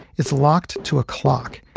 it's locked to a clock,